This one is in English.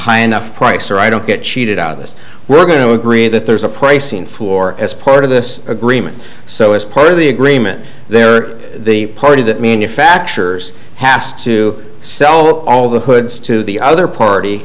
high enough price or i don't get cheated out of this we're going to agree that there's a pricing floor as part of this agreement so as part of the agreement they are the party that manufactures has to sell all the goods to the other party